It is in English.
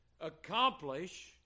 accomplish